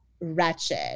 wretched